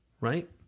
right